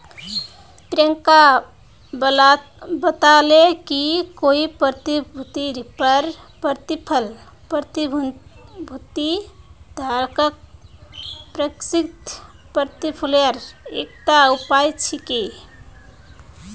प्रियंका बताले कि कोई प्रतिभूतिर पर प्रतिफल प्रतिभूति धारकक प्रत्याशित प्रतिफलेर एकता उपाय छिके